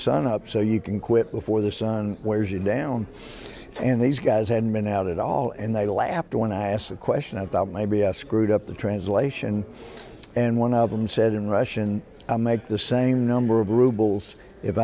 sun up so you can quit before the sun wears you down and these guys had men out it all and they laughed when i asked a question about my b f screwed up the translation and one of them said in russian i make the same number of rubles if